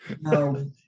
No